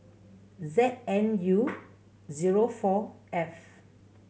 Z N U zero four F